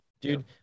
dude